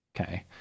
Okay